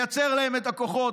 לייצר להם את הכוחות.